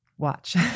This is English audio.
watch